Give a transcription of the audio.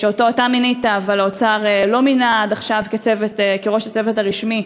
שאתה מינית אבל האוצר לא מינה עד עכשיו לראש הצוות הרשמי.